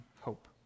hope